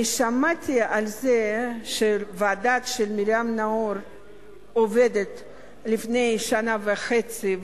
אני שמעתי שהוועדה של מרים נאור עובדת לפני שנה וחצי,